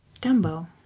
Dumbo